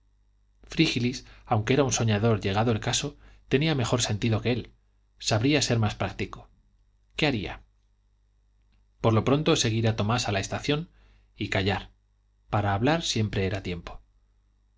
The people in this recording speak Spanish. frígilis aunque era un soñador llegado el caso tenía mejor sentido que él sabría ser más práctico qué haría por lo pronto seguir a tomás a la estación y callar para hablar siempre era tiempo